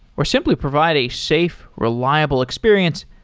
or simply provide a safe, reliable experience,